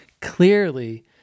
clearly